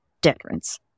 difference